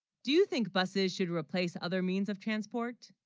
do you, think buses should replace other means of transport